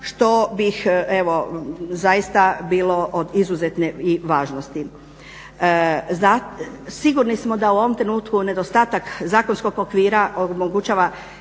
što bi evo zaista bilo od izuzetne i važnosti. Sigurni smo da u ovom trenutku nedostatak zakonskog okvira omogućava